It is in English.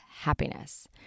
happiness